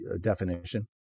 definition